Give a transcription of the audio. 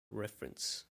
reference